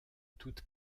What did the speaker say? toute